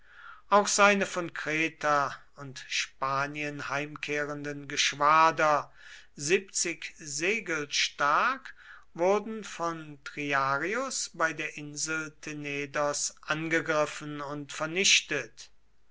auch seine von kreta und spanien heimkehrenden geschwader siebzig segel stark wurden von triarius bei der insel tenedos angegriffen und vernichtet